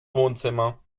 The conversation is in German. wohnzimmer